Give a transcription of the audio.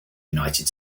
united